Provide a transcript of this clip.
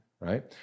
right